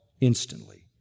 instantly